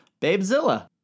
Babezilla